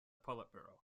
politburo